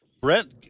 Brent